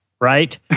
right